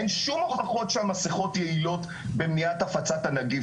אין שום הוכחות שהמסכות יעילות במניעת הפצת הנגיף,